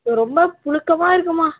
இங்கே ரொம்ப புழுக்கமாக இருக்குமா